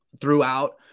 throughout